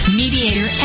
mediator